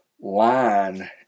line